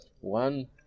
One